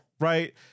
Right